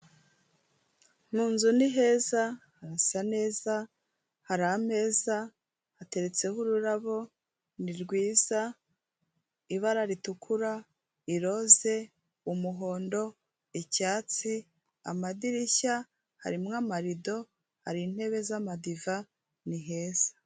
Mu nzu ni heza, harasa neza, hari ameza, hateretseho ururabo, ni rwiza, ibara ritukura, iroza, umuhondo, icyatsi, amadirishya, harimo amarido, hari intebe z'amadiva, ni heza.